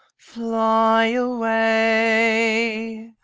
fly away,